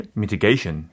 mitigation